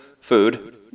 food